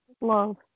Love